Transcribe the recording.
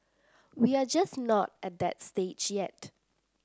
we are just not at that stage yet